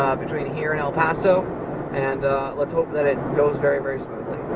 um between here and el paso and let's hope that it goes very, very smoothly.